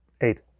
Eight